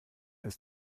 ist